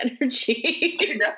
energy